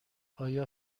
آیا